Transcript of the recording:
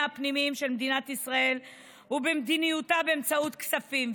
הפנימיים של מדינת ישראל ובמדיניותה באמצעות כספים,